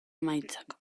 emaitzak